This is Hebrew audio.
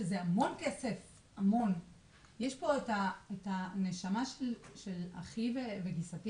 שזה המון כסף, יש פה את הנשמה של אחי וגיסתי